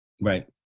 Right